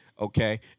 okay